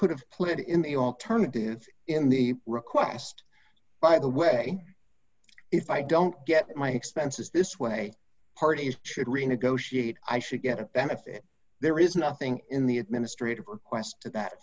could have pled in the alternative in the request by the way if i don't get my expenses this way parties should renegotiate i should get a benefit there is nothing in the administrative request to that